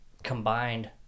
combined